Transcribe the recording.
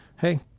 hey